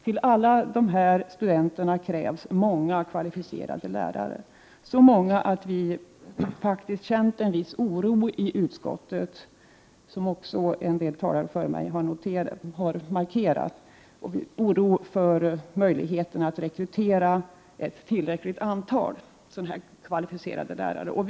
Till alla dessa studenter krävs det många kvalificerade lärare, så pass många att vi faktiskt känt en viss oro i utskottet i vad gäller möjligheten att rekrytera ett tillräckligt antal. Vissa andra talare har redan markerat denna oro.